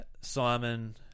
Simon